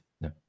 no